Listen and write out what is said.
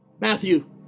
Matthew